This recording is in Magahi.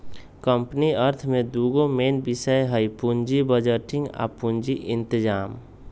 कंपनी अर्थ में दूगो मेन विषय हइ पुजी बजटिंग आ पूजी इतजाम